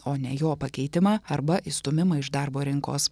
o ne jo pakeitimą arba išstūmimą iš darbo rinkos